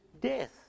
death